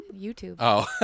YouTube